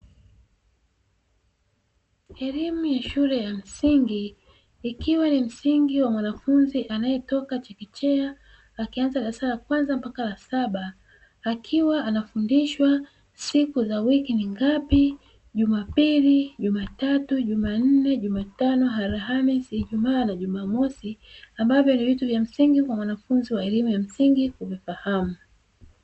Elimu ya shule ya msingi ikiwa ni msingi wa mwanafunzi anayetoka chekechea, akianza darasa la kwanza mpaka la saba akiwa anafundishwa siku za wiki ni ngapi; jumapili, jumatatu, jumanne, jumatano, alhamisi, ijumaa na jumamosi ambavyo ni vitu vya msingi kwa mwanafunzi wa elimu ya msingi kuvifahamu.